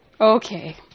Okay